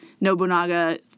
Nobunaga